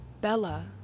Bella